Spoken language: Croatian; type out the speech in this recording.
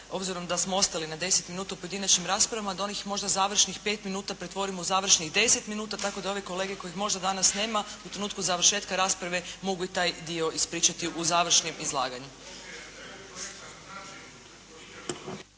Obzirom da smo ostali na deset minuta u pojedinačnim raspravama da onih možda završnih pet minuta pretvorimo u završnih 10 minuta, tako da ovi kolege kojih možda danas nema u trenutku završetka rasprave mogu i taj dio ispričati u završnom izlaganju.